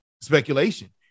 speculation